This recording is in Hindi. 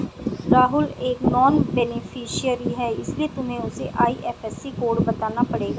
राहुल एक नॉन बेनिफिशियरी है इसीलिए तुम्हें उसे आई.एफ.एस.सी कोड बताना पड़ेगा